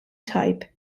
type